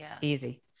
Easy